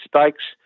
stakes